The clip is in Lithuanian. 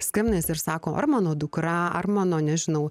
skambinasi ir sako ar mano dukra ar mano nežinau